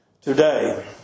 today